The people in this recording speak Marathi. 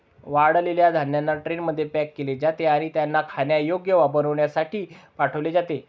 वाळलेल्या धान्यांना ट्रेनमध्ये पॅक केले जाते आणि त्यांना खाण्यायोग्य बनविण्यासाठी पाठविले जाते